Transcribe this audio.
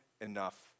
enough